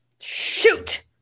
shoot